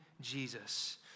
Jesus